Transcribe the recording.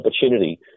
opportunity